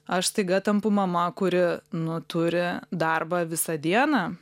aš staiga tampu mama kuri nu turi darbą visą dieną